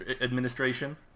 administration